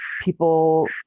people